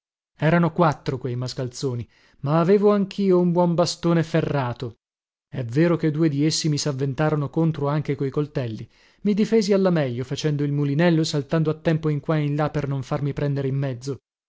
erano quattro quei mascalzoni ma avevo anchio un buon bastone ferrato è vero che due di essi mi savventarono contro anche coi coltelli i difesi alla meglio facendo il mulinello e saltando a tempo in qua e in là per non farmi prendere in mezzo